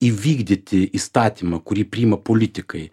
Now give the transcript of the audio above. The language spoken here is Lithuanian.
įvykdyti įstatymą kurį priima politikai